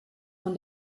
von